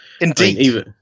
Indeed